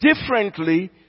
differently